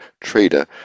trader